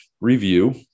review